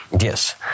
Yes